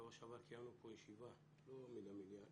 בשבוע שעבר קיימנו פה ישיבה לא מן המניין